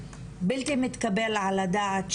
בלתי מתקבל על הדעת,